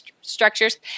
structures